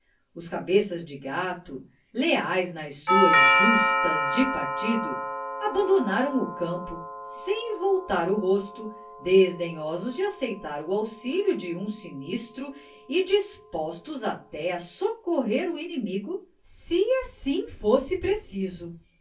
cruento devorar de labaredas os cabeças de gato leais nas suas justas de partido abandonaram o campo sem voltar o rosto desdenhosos de aceitar o auxilio de um sinistro e dispostos até a socorrer o inimigo se assim fosse preciso